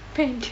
pant